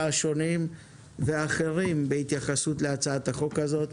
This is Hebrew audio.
השונים ואחרים בהתייחסות להצעת החוק הזאת.